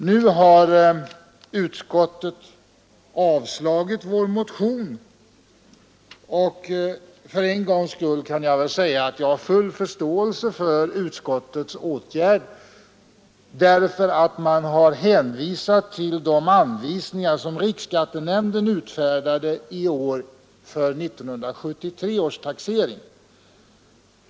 Nu har utskottet avstyrkt vår motion, och för en gångs skull kan jag väl säga att jag har full förståelse för utskottets åtgärd, därför att utskottet har hänvisat till de anvisningar som riksskattenämnden utfärdade i år för 1973 års taxering.